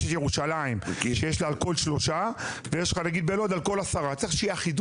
יש ירושלים שיש לה על כל שלושה ויש בלוד על כל 10. צריכה להיות אחידות,